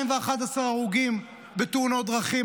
211 הרוגים בתאונות דרכים.